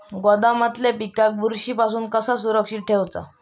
गोदामातल्या पिकाक बुरशी पासून कसा सुरक्षित ठेऊचा?